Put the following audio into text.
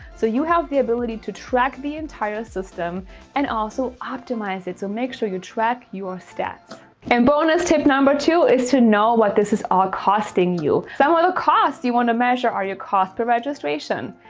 so you have the ability to track the entire system and also optimize it. so make sure you track your stats and bonus tip. number two is to know what this is, are costing you somewhat of costs. do you want to measure are your cost per registration,